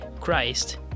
christ